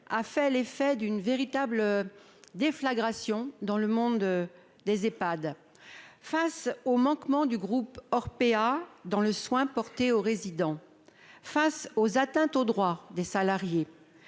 a suscité une véritable déflagration dans le monde des Ehpad. Face aux manquements du groupe Orpea dans le soin porté aux résidents, face aux atteintes aux droits des salariés,